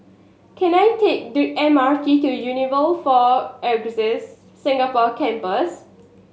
can I take the M R T to Unilever Four Acres Singapore Campus